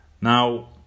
Now